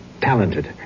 talented